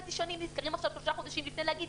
נזכרים עכשיו שלושה חודשים לפני להגיד,